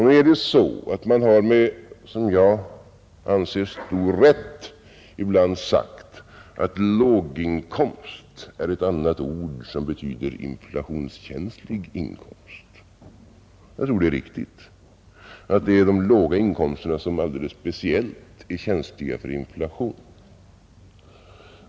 Nu är det ju så att man har, med som jag anser stor rätt, sagt att låginkomst är ett annat ord för inflationskänslig inkomst. Jag tror det är riktigt att det är de låga inkomsterna som alldeles speciellt är känsliga för inflation.